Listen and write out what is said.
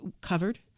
covered